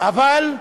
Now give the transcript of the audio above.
גם אני.